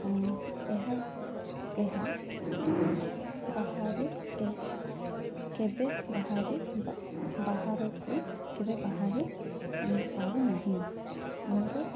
ଏହା ଏହା ବାହାରୁ କେବେ ବାହାରେ ବାହାରକୁ କେବେ ବାହାରେ ପାରୁନାହିଁ ଆମର